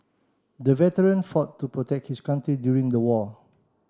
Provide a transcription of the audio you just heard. the veteran fought to protect his country during the war